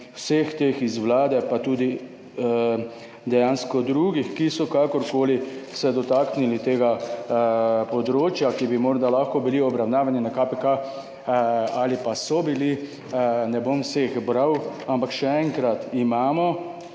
vseh teh iz Vlade, pa tudi dejansko drugih, ki so kakorkoli se dotaknili tega področja, ki bi morda lahko bili obravnavani na KPK ali pa so bili, ne bom vseh bral. Ampak še enkrat, imamo